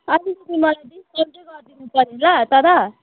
अलिकति मलाई डिस्काउन्ट चाहिँ गरिदिनु पऱ्यो ल तर